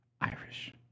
Irish